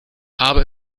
aber